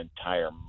entire